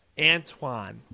Antoine